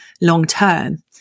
long-term